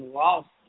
lost